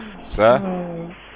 Sir